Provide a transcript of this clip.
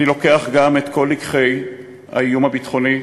אני לוקח גם את כל לקחי האיום הביטחוני,